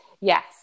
yes